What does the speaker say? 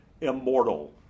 immortal